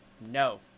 no